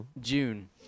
June